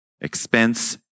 Expense